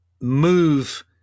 move